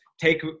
take